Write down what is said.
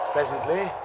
Presently